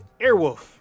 Airwolf